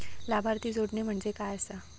लाभार्थी जोडणे म्हणजे काय आसा?